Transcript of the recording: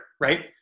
right